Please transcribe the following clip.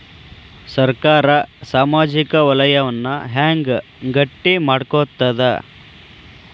ಸರ್ಕಾರಾ ಸಾಮಾಜಿಕ ವಲಯನ್ನ ಹೆಂಗ್ ಗಟ್ಟಿ ಮಾಡ್ಕೋತದ?